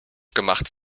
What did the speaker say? gemacht